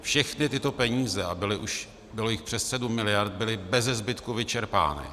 Všechny tyto peníze, a bylo jich přes 7 mld., byly bezezbytku vyčerpány.